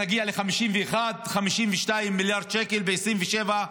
להגיע לשלם ריבית 51 52 מיליארד שקל ב-2027.